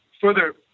Further